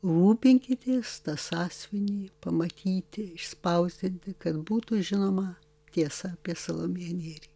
rūpinkitės tą sąsiuvinį pamatyti išspausdinti kad būtų žinoma tiesa apie salomėją nėrį